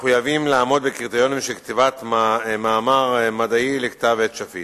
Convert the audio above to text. מחויבים לעמוד בקריטריונים של כתיבת מאמר מדעי לכתב-עת שפיט.